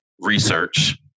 research